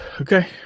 Okay